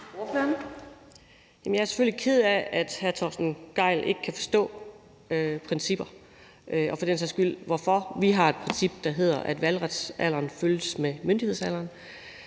Jeg er selvfølgelig ked af, at hr. Torsten Gejl ikke kan forstå principper, og – for den sags skyld – hvorfor vi har et princip om, at valgretsalderen følges ad med myndighedsalderen.